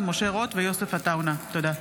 תודה.